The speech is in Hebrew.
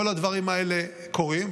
כל הדברים האלה קורים.